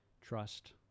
trust